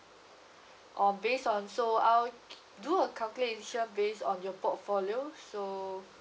or based on so I'll c~ do a calculation based on your portfolio so